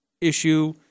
issue